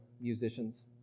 musicians